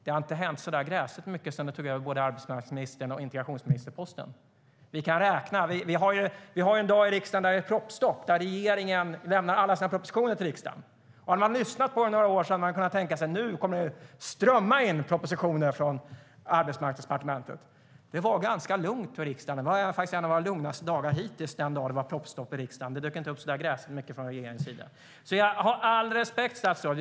Det har dock inte hänt så gräsligt mycket sedan du tog över både arbetsmarknadsministerposten och integrationsministerposten. Vi kan räkna. Vi har en dag i riksdagen då det är propositionsstopp - då regeringen lämnar alla sina propositioner till riksdagen - och har man lyssnat på dig i några år kunde man tänka sig att det skulle strömma in propositioner från Arbetsmarknadsdepartementet. Men det var ganska lugnt i riksdagen den dagen det var propositionsstopp i riksdagen, faktiskt en av de lugnaste dagarna hittills. Det dök inte upp så där gräsligt mycket från regeringens sida. Jag har alltså all respekt, statsrådet.